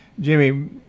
Jimmy